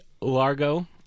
Largo